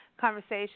conversation